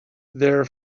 their